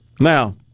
now